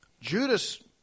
Judas